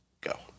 go